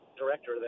Director